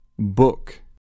Book